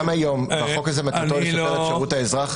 מטרתו של החוק לשפר את השירות לאזרח